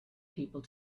people